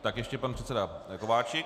Tak ještě pan předseda Kováčik.